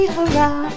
Hurrah